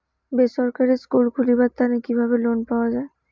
বেসরকারি স্কুল খুলিবার তানে কিভাবে লোন পাওয়া যায়?